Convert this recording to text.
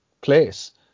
place